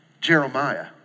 Jeremiah